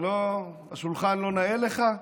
השולחן לא נאה לך?